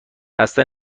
اصلا